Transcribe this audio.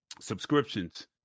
subscriptions